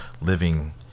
living